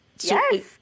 Yes